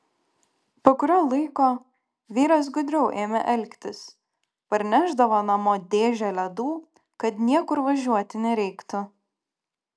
po kurio laiko vyras gudriau ėmė elgtis parnešdavo namo dėžę ledų kad niekur važiuoti nereiktų